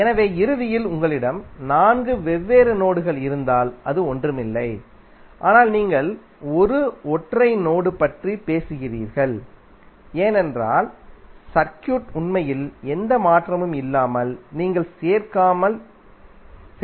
எனவே இறுதியில் உங்களிடம் நான்கு வெவ்வேறு நோடுகள் இருந்தால் அது ஒன்றுமில்லை ஆனால் நீங்கள் ஒரு ஒற்றை நோடு பற்றி பேசுகிறீர்கள் ஏனென்றால் சர்க்யூட் உள்ளமைவில் எந்த மாற்றமும் இல்லாமல் நீங்கள் சேர்க்கலாம்